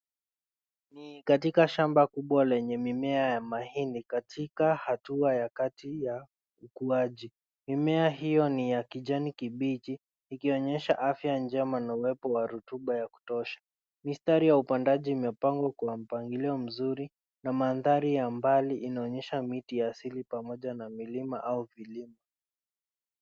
Ni katika shamba kubwa lenye mimea ya mahindi katika hatua ya kati ya ukuaji. Mimea hiyo ni ya kijani kibichi ikionyesha afya njema na uwepo wa rutuba ya kutosha. Mistari ya upandaji umepangwa kwa mpangilio mzuri na mandhari ya mbali inaonyesha miti ya asili pamoja na milima au vilima.